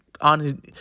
on